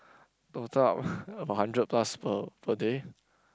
total up about hundred plus per per day